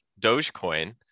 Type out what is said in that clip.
dogecoin